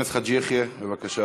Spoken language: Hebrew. חבר הכנסת חאג' יחיא, בבקשה.